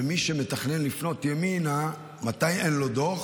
מי שמתכנן לפנות ימינה, מתי אין לו דוח?